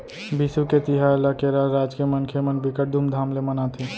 बिसु के तिहार ल केरल राज के मनखे मन बिकट धुमधाम ले मनाथे